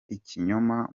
ikinyoma